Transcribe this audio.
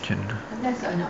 can lah